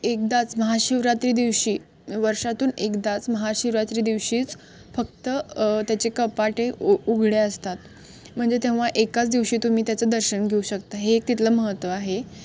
एकदाच महाशिवरात्री दिवशी वर्षातून एकदाच महाशिवरात्री दिवशीच फक्त त्याचे कपाटे उ उघडे असतात म्हणजे तेव्हा एकाच दिवशी तुम्ही त्याचं दर्शन घेऊ शकता हे एक तिथलं महत्त्व आहे